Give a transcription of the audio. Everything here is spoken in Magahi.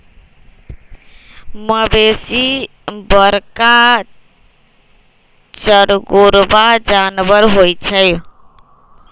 मवेशी बरका चरगोरबा जानबर होइ छइ